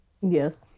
Yes